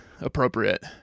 appropriate